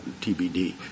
TBD